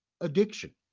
addiction